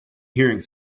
hearing